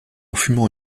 fumant